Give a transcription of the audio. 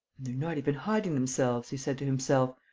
not even hiding themselves, he said to himself.